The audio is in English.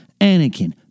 Anakin